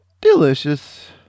delicious